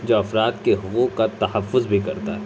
جو افراد کے حقوق کا تحفظ بھی کرتا ہے